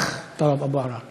אחריו, חבר הכנסת טלב אבו עראר.